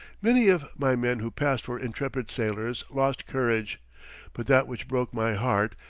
many of my men who passed for intrepid sailors, lost courage but that which broke my heart,